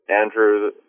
Andrew